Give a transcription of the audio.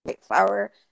flour